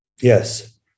Yes